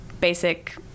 basic